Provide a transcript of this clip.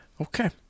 okay